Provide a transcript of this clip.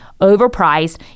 overpriced